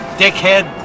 dickhead